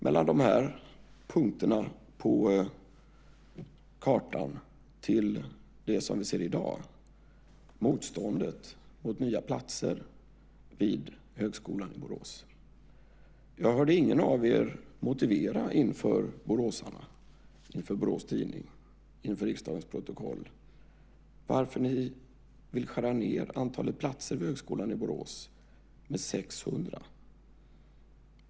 Mellan de här punkterna på kartan till det som vi ser i dag, motståndet mot nya platser vid Högskolan i Borås, hörde jag ingen av er motivera inför boråsarna, Borås Tidning eller riksdagens protokoll varför ni vill skära ned antalet platser vid Högskolan i Borås med 600.